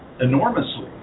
enormously